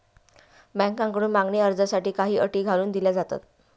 बँकांकडून मागणी कर्जासाठी काही अटी घालून दिल्या जातात